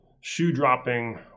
shoe-dropping